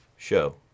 show